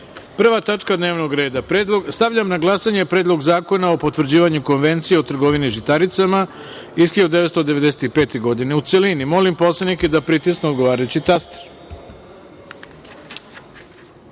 tačka dnevnog reda. Stavljam na glasanje Predlog zakona o potvrđivanju Konvencije o trgovini žitaricama iz 1995. godine, u celini. Molim narodne poslanike da pritisnu odgovarajući